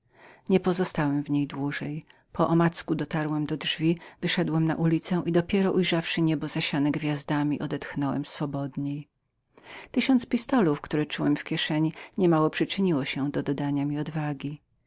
nie pozostałem w niej dłużej omackiem udałem się do drzwi wyszedłem na ulicę i ujrzawszy niebo zasiane gwiazdami dopiero wolniej odetchnąłem tysiąc pistolów które czułem w kieszeni niemało przyczyniło się do dodania mi odwagi